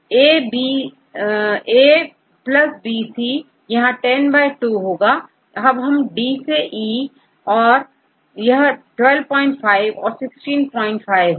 अब D से E यह 12 5 और 16 5 है